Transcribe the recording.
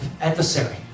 adversary